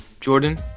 Jordan